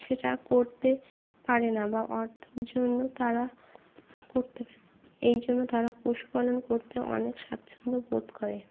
সেটা করতে পারে না বা অর্থের জন্য তারা করতে পারে এই জন্য তারা পশুপালন করতে অনেক স্বাচ্ছন্দ্য বোধ করে